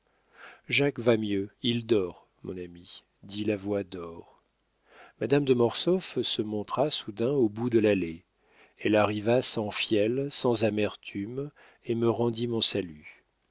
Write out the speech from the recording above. va mieux il dort mon ami dit la voix d'or madame de mortsauf se montra soudain au bout de l'allée elle arriva sans fiel sans amertume et me rendit mon salut